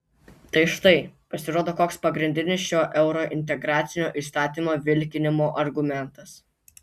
tai štai pasirodo koks pagrindinis šio eurointegracinio įstatymo vilkinimo argumentas